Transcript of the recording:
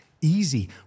easy